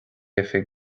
oifig